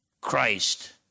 Christ